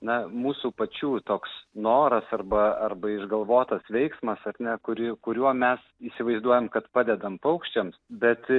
na mūsų pačių toks noras arba arba išgalvotas veiksmas ar ne kuri kuriuo mes įsivaizduojam kad padedam paukščiams bet